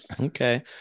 Okay